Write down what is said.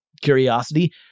curiosity